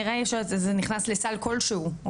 נראה לי שזה נכנס לסל כלשהו,